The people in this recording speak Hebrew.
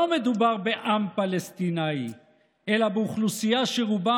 לא מדובר בעם פלסטיני אלא באוכלוסייה שברובה